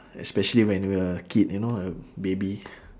especially when we are a kid you know a baby